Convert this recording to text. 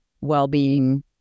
well-being